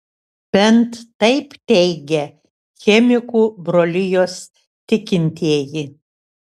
bent taip teigia chemikų brolijos tikintieji